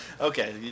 Okay